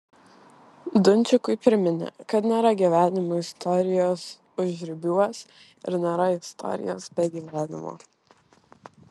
dunčikui priminė kad nėra gyvenimo istorijos užribiuos ir nėra istorijos be gyvenimo